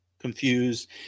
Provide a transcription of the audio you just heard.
confused